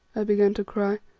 i began to cry,